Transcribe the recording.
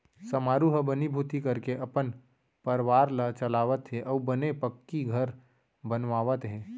समारू ह बनीभूती करके अपन परवार ल चलावत हे अउ बने पक्की घर बनवावत हे